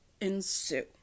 ensue